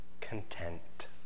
content